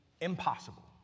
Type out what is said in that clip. impossible